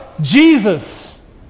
Jesus